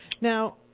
now